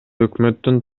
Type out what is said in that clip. өкмөттүн